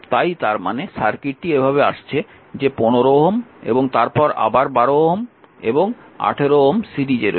তাই তার মানে সার্কিটটি এভাবে আসছে যে এখানে 15 Ω এবং তারপর আবার 12 Ω ও 18 Ω সিরিজে রয়েছে